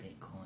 Bitcoin